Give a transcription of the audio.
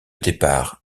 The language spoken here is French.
départ